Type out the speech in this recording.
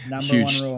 huge